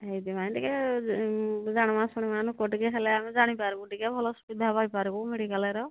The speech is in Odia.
ସେଇଥିପାଇଁ ଟିକେ ଜାଣିବା ଶୁଣିବା ଲୋକ ଟିକେ ହେଲେ ଆମେ ଜାଣିପାରିବୁ ଭଲ ସୁବିଧା ପାଇପାରିବୁ ମେଡିକାଲର